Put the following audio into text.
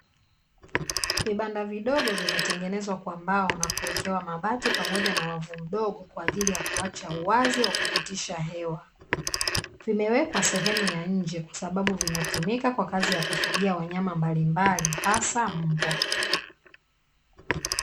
Vibanda vidogo vimetengenezwa kwa mbao na kuwekewa mabati pamoja na wavu mdogo kwa ajili ya kuacha uwazi wa kupitisha hewa, vimewekwa sehemu ya nje kwa sababu vinatumika kwa kazi ya kufugia wanyama mbalimbali hasa mbwa.